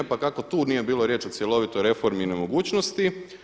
Pa kako tu nije bilo riječ o cjelovitoj reformi i mogućnosti?